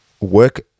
work